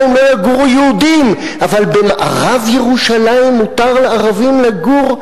לא יגורו יהודים אבל במערב-ירושלים מותר לערבים לגור?